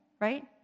right